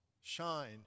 shine